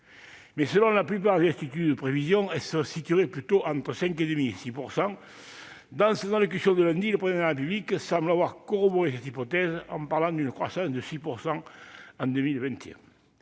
Mais selon la plupart des instituts de prévision, elle se situerait plutôt entre 5,5 % et 6 %. Dans son allocution de lundi dernier, le Président de la République semble avoir corroboré cette hypothèse, en parlant d'une croissance à 6 % en 2021.